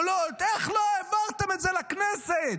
תרנגולות: איך לא העברתם את זה לכנסת,